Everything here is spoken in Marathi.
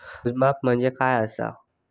मोजमाप म्हणजे काय असा?